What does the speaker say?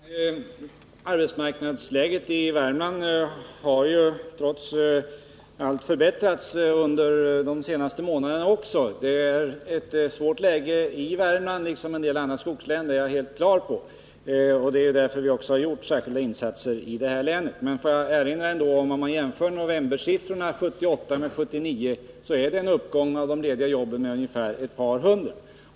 Herr talman! Arbetsmarknadsläget i Värmland har trots allt förbättrats under de senaste månaderna. Läget är svårt i Värmland liksom i en del andra skogslän — det är jag helt på det klara med — och det är därför vi också har gjort särskilda insatser i detta län. Men får jag ändå erinra om att om man jämför novembersiffrorna för 1978 och 1979 visar de på en uppgång av antalet lediga jobb med ett par hundra.